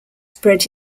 spread